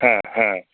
ह ह